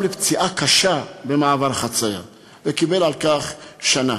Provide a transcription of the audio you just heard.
לפציעה קשה במעבר חצייה וקיבל על כך שנה.